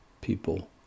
people